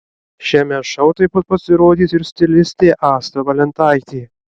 šiame šou taip pat pasirodys ir stilistė asta valentaitė